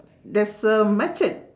there's a machete